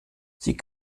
sie